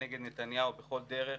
נגד נתניהו בכל דרך,